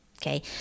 Okay